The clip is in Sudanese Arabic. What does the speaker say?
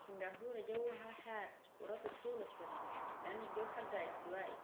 سنغافورة جوها حار ورطب طول السنة لان الجو حقها استوائي